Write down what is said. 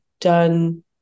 done